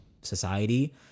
society